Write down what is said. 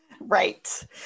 Right